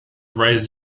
raised